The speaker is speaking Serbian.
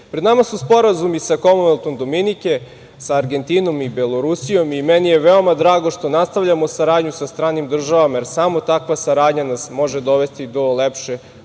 pred nama su sporazumi sa Komonveltom Dominike, sa Argentinom i Belorusijom i meni je veoma drago što nastavljamo saradnju sa stranim državama, jer samo takva saradnja nas može dovesti do lepše